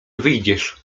wyjdziesz